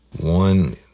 One